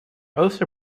also